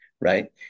right